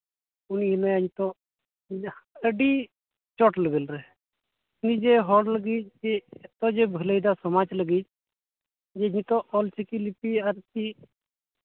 ᱩᱱᱤ ᱦᱮᱱᱟᱭᱟ ᱱᱤᱛᱚᱜ ᱟᱹᱰᱤ ᱪᱚᱴ ᱞᱮᱵᱮᱞ ᱨᱮ ᱱᱤᱡᱮ ᱦᱚᱲ ᱞᱟᱹᱜᱤᱫ ᱮᱛᱚ ᱡᱮᱭ ᱵᱷᱟᱹᱞᱟᱹᱭᱫᱟ ᱥᱚᱢᱟᱡᱽ ᱞᱟᱹᱜᱤᱫ ᱩᱱᱤ ᱱᱤᱛᱚᱜ ᱚᱞᱪᱤᱠᱤ ᱞᱤᱯᱤ ᱟᱨᱠᱤ